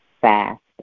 fast